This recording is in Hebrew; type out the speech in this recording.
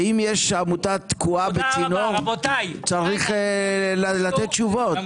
אם יש עמותה שתקועה בצינור צריך לתת תשובות,